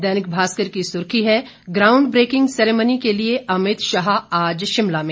दैनिक भास्कर की सुर्खी है ग्राउंड ब्रेकिंग सेरेमनी के लिए अमित शाह आज शिमला में